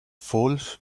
falls